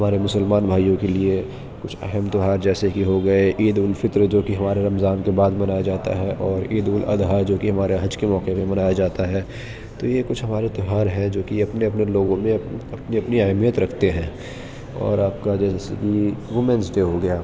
ہمارے مسلمان بھائیوں کے لیے کچھ اہم تیوہار جیسے کہ ہو گئے عید الفطر جو کہ ہمارے رمضان کے بعد منایا جاتا ہے اور عید الاضحیٰ جو کہ ہمارا حج کے موقع پہ منایا جاتا ہے تو یہ کچھ ہمارے تیوہار ہیں جو کہ اپنے اپنے لوگوں میں اپنی اپنی اہمیت رکھتے ہیں اور آپ کا جیسے کہ وومنس ڈے ہوگیا